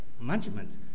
management